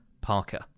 Parker